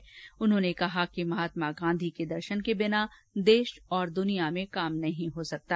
श्री गहलोत ने कहा कि महात्मा गांधी के दर्शन के बिना देश और दुनिया में काम नहीं हो सकता